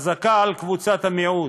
חזקה על קבוצת המיעוט,